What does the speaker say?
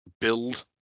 build